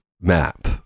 map